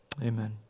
Amen